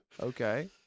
Okay